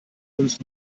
uns